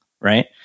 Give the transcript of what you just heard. right